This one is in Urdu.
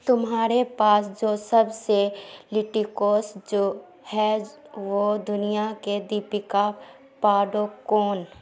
تمھارے پاس جو سب سے لیٹیکوس جو ہیج وہ دنیا کے دیپیکا پاڈوکون